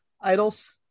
idols